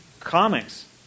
Comics